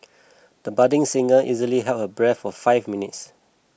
the budding singer easily held her breath for five minutes